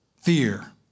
fear